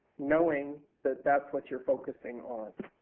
knowing that thatis what youire focusing on.